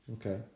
Okay